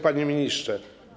Panie Ministrze!